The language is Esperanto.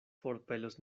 forpelos